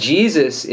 Jesus